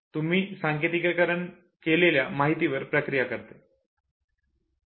तुम्ही सांकेतीकरण केलेल्या माहितीवर प्रक्रिया करते